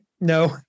No